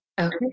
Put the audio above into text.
okay